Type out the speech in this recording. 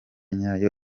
nyayo